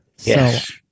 Yes